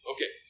Okay